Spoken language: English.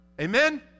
Amen